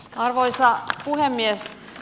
arvoisa puhemies